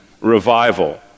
Revival